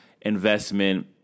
investment